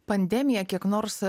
pandemija kiek nors